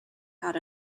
had